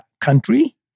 country